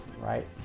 right